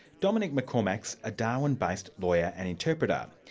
dominic mccormack is a darwin-based lawyer and interpreter. um